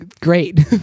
great